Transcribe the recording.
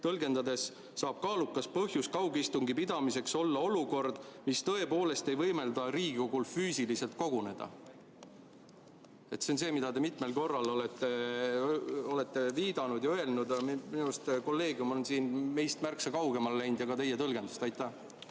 tõlgendades saab kaalukas põhjus kaugistungi pidamiseks olla olukord, mis tõepoolest ei võimalda Riigikogul füüsiliselt koguneda." See on see, millele te mitmel korral olete viidanud, aga minu arust kolleegium on siin märksa kaugemale läinud teie tõlgendusest. Aitäh!